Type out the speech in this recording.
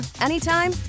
anytime